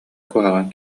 куһаҕан